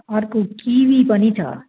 अर्को किवी पनि छ